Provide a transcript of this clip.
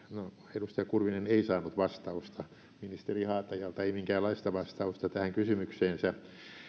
edustaja kurvinen ei saanut vastausta ministeri haataiselta ei minkäänlaista vastausta tähän kysymykseensä